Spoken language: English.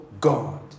God